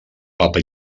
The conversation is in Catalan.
papa